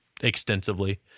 extensively